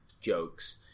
jokes